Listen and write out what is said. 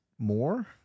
more